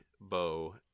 bow